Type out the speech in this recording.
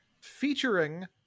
featuring